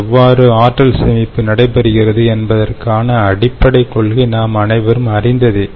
எவ்வாறு ஆற்றல் சேமிப்பு நடைபெறுகிறது என்பதற்கான அடிப்படைக் கொள்கை நாம் அனைவரும் அறிந்ததே